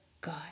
god